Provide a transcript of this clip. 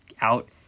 out